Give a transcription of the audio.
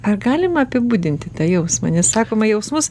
ar galima apibūdinti tą jausmą nes sakoma jausmus